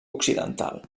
occidental